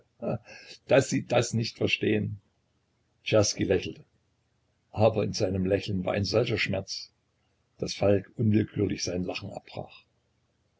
daß sie das nicht verstehen czerski lächelte aber in seinem lächeln war ein solcher schmerz daß falk unwillkürlich sein lachen